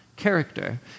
character